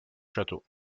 château